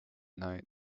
night